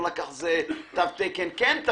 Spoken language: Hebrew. תו תקן כן,